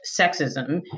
sexism